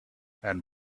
and